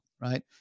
Right